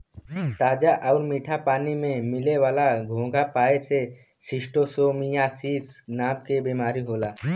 ताजा आउर मीठा पानी में मिले वाला घोंघा खाए से शिस्टोसोमियासिस नाम के बीमारी होला